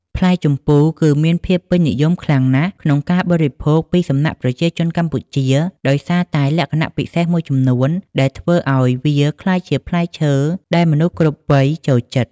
ផ្លែជម្ពូគឺមានភាពពេញនិយមខ្លាំងណាស់ក្នុងការបរិភោគពីសំណាក់ប្រជាជនកម្ពុជាដោយសារតែលក្ខណៈពិសេសមួយចំនួនដែលធ្វើឱ្យវាក្លាយជាផ្លែឈើដែលមនុស្សគ្រប់វ័យចូលចិត្ត។